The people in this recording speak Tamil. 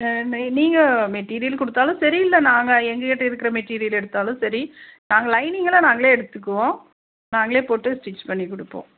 நீங்கள் மெட்டீரியல் கொடுத்தாலும் சரி இல்லை நாங்கள் எங்கள் கிட்டே இருக்கிற மெட்டீரியல் எடுத்தாலும் சரி நாங்கள் லைனிங் எல்லாம் நாங்கள் எடுத்துக்குவோம் நாங்கள் போட்டு ஸ்டிச் பண்ணி கொடுப்போம்